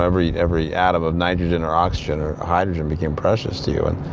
every every atom of nitrogen or oxygen or hydrogen became precious to you. and